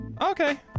Okay